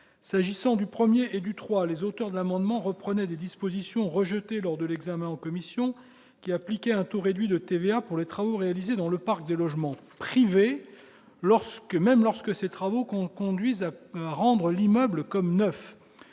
S'agissant du 1° et du 3°, les auteurs de l'amendement reprenaient des dispositions, rejetées lors de l'examen en commission, qui appliquaient un taux réduit de TVA aux travaux réalisés dans le parc des logements privés, même lorsque ces travaux conduisent à rendre l'immeuble comme neuf.